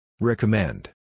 Recommend